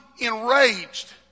enraged